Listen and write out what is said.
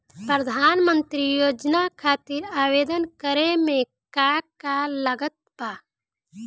प्रधानमंत्री योजना खातिर आवेदन करे मे का का लागत बा?